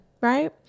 right